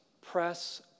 press